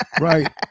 right